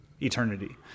eternity